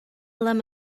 lama